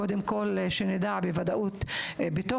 קודם כול אנחנו צריכים לדעת בוודאות איפה